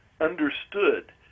understood